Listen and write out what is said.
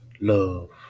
love